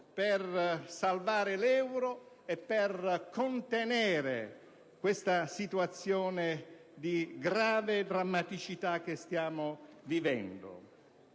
per salvare l'euro e per contenere questa situazione di grave drammaticità che stiamo vivendo.